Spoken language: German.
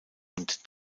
und